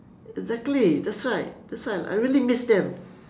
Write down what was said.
exactly that's why that's why I really miss them